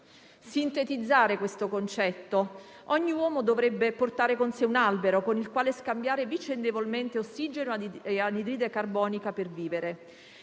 sintetizzare questo concetto: ogni uomo dovrebbe portare con sé un albero con il quale scambiare vicendevolmente ossigeno e anidride carbonica per vivere.